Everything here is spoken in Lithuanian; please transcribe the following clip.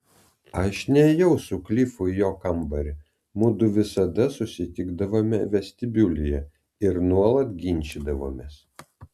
aš nėjau su klifu į jo kambarį mudu visada susitikdavome vestibiulyje ir nuolat ginčydavomės